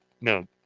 No